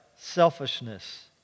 selfishness